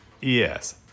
Yes